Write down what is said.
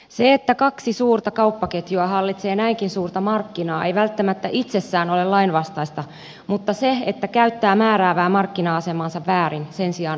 se että kaksi suurta kauppaketjua hallitsee näinkin suurta markkinaa ei välttämättä itsessään ole lainvastaista mutta se että käyttää määräävää markkina asemaansa väärin sen sijaan on